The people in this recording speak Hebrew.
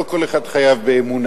לא כל אחד חייב באמונה.